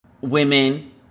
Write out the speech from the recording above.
Women